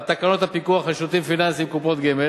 על תקנות הפיקוח על שירותים פיננסיים (קופות גמל)